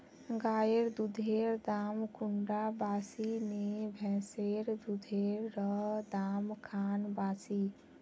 गायेर दुधेर दाम कुंडा बासी ने भैंसेर दुधेर र दाम खान बासी?